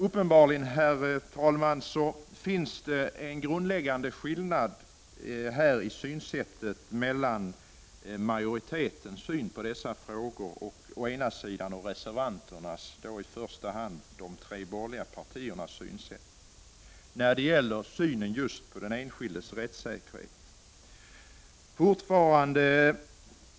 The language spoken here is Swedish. Uppenbarligen, herr talman, finns det en grundläggande skillnad mellan å ena sidan majoritetens syn på dessa frågor och å andra sidan reservanternas — huvudsakligen de tre borgerliga partiernas — syn på den enskildes rättssäkerhet.